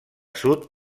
sud